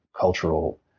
Cultural